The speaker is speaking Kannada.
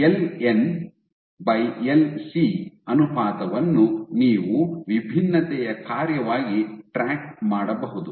ಎಲ್ ಏನ್ ಯಿಂದ ಎಲ್ ಸಿ ಅನುಪಾತವನ್ನು ನೀವು ವಿಭಿನ್ನತೆಯ ಕಾರ್ಯವಾಗಿ ಟ್ರ್ಯಾಕ್ ಮಾಡಬಹುದು